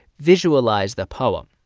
visualize the poem.